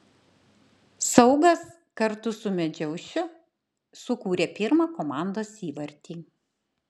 saugas kartu su medžiaušiu sukūrė pirmą komandos įvartį